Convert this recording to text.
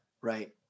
right